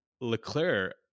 Leclerc